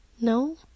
No